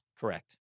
correct